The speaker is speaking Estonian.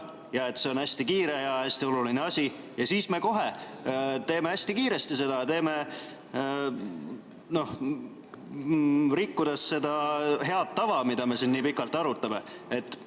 see on hästi kiire ja hästi oluline asi, ja siis me kohe teeme hästi kiiresti seda, rikkudes head tava, mida me siin juba nii pikalt arutame.